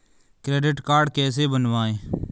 Credit card कैसे बनवाएँ?